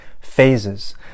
phases